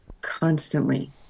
constantly